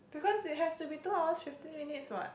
because it has to be two hours fifteen minutes [what]